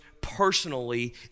personally